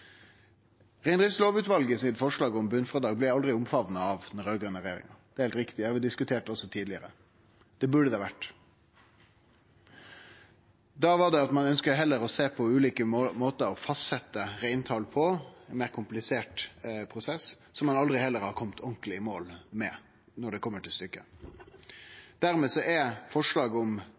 forslag om botnfrådrag blei aldri omfamna av den raud-grøne regjeringa, det er heilt riktig, det har vi diskutert også tidlegare. Det burde det ha vore. Da var det slik at ein ønskte heller å sjå på ulike måtar å fastsetje reintal på, ein meir komplisert prosess, som ein heller aldri har kome ordentleg i mål med, når det kjem til stykket. Dermed er forslaget